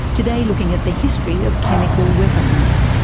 today looking at the history of chemical weapons.